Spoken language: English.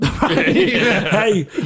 Hey